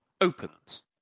opens